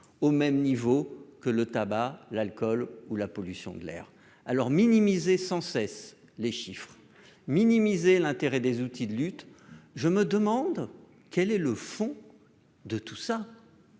au même niveau que le tabac, l'alcool ou la pollution de l'air alors minimisé sans cesse les chiffres minimiser l'intérêt des outils de lutte, je me demande quel est le fond de tout ça.